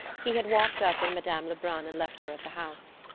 he had walked up with madame lebrun and left her at the house.